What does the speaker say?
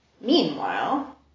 Meanwhile